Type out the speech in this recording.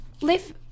live